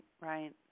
right